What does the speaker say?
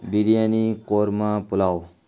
biryani korma pulao